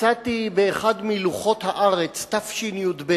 מצאתי ב"לוח הארץ" מתשי"ב